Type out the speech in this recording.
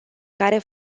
care